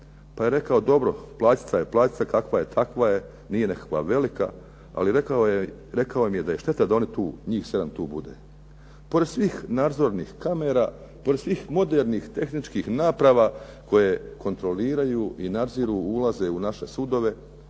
pa je rekao dobro plaćica je plaćica, kakva je takva, nije neka velika ali rekao im je da je šteta da njih sedam tu bude. Pored svih nadzornih kamera, pored svih modernih tehničkih naprava koje kontroliraju, nadziru ulaze u naše sudove